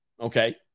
Okay